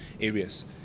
areas